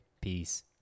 Peace